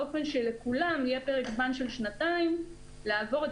באופן שבו לכולם יהיה פרק זמן של שנתיים לעבור את